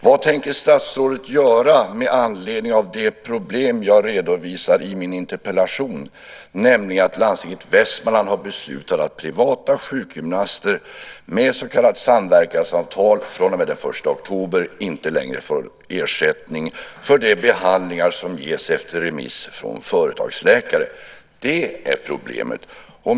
Vad tänker statsrådet göra med anledning av de problem jag redovisar i min interpellation, nämligen att landstinget i Västmanland har beslutat att privata sjukgymnaster med så kallat samverkansavtal från och med den 1 oktober inte längre får ersättning för de behandlingar som ges efter remiss från företagsläkare? Det är problemet.